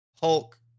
Hulk